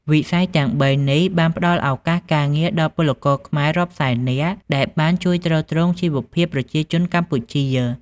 វិស័យទាំងបីនេះបានផ្ដល់ឱកាសការងារដល់ពលករខ្មែររាប់សែននាក់ ដែលបានជួយទ្រទ្រង់ជីវភាពប្រជាជនកម្ពុជា ។